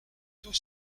tout